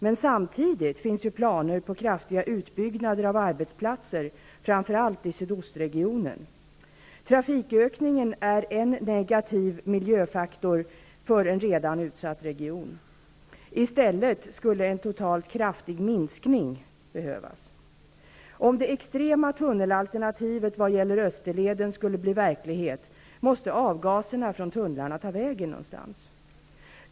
Men samtidigt finns planer på kraftiga utbyggnader av arbetsplatser framför allt i sydostregionen. Trafikökningen är en negativ miljöfaktor för en redan utsatt region. I stället skulle en totalt kraftig minskning behövas. Österleden skulle bli verklighet, måste avgaserna från tunnlarna ta vägen någonstans.